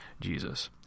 Jesus